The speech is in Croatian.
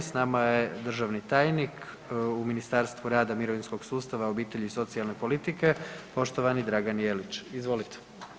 S nama je ovdje državni tajnik u Ministarstvu rada i mirovinskog sustava, obitelji i socijalne politike poštovani Dragan Jelić, izvolite.